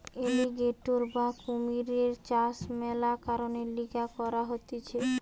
alligator বা কুমিরের চাষ মেলা কারণের লিগে করা হতিছে